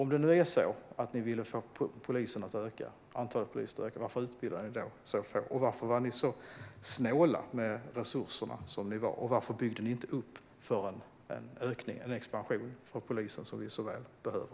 Om det nu är så att ni ville få antalet poliser att öka, varför utbildade ni då så få? Varför var ni så snåla med resurserna som ni var? Varför byggde ni inte upp för en expansion av polisen som vi så väl behöver?